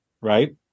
right